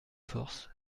force